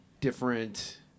different